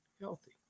healthy